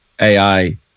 AI